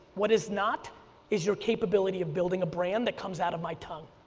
what is not is your capability of building a brand that comes out of my tongue.